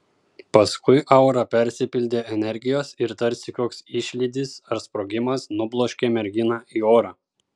paskui aura persipildė energijos ir tarsi koks išlydis ar sprogimas nubloškė merginą į orą